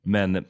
Men